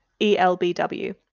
ELBW